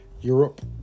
Europe